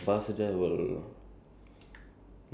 ya it no you can if you